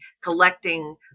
collecting